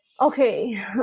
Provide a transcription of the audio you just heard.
Okay